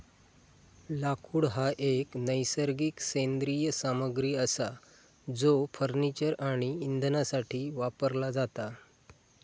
लाकूड हा एक नैसर्गिक सेंद्रिय सामग्री असा जो फर्निचर आणि इंधनासाठी वापरला जाता